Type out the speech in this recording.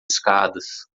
escadas